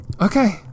Okay